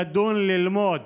לדון וללמוד